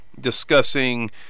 discussing